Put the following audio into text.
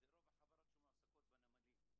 הזה ובאמצעות חוקים אחרים אנחנו משנים תרבות פה,